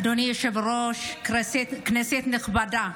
אדוני היושב-ראש, כנסת נכבדה,